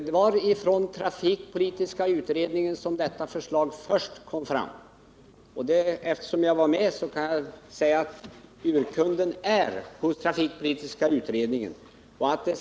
Det var trafikpolitiska utredningen som först lade fram detta förslag. Eftersom jag var ledamot av trafikpolitiska utredningen, vet jag att det var dess förslag som var det ursprungliga.